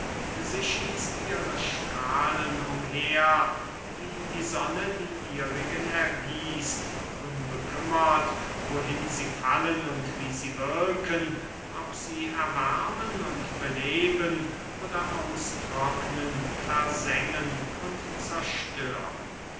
sie schießt ihre strahlen umher wie die sonne die ihrigen ergießt unbekümmert wohin sie fallen und wie sie wirken ob sie erwärmen oder beleben oder auftrocknen versengen und zerstören